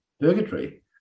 purgatory